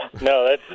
No